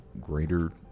greater